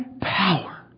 power